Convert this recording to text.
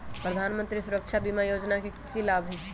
प्रधानमंत्री सुरक्षा बीमा योजना के की लाभ हई?